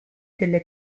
delle